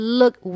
look